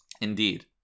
Indeed